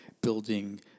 building